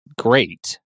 great